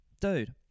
dude